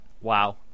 Wow